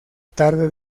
tarde